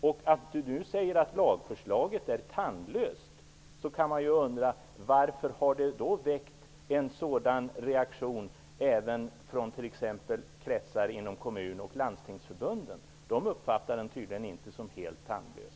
När Dan Eriksson nu säger att lagförslaget är tandlöst, undrar jag varför det har väckt en sådan reaktion även i kretsar inom kommun och landstingsförbunden. De uppfattar tydligen inte förslaget som helt tandlöst.